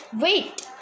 wait